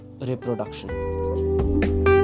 reproduction